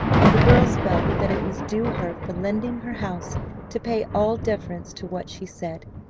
that the girls felt that it was due her for lending her house to pay all deference to what she said.